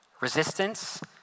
Resistance